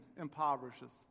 impoverishes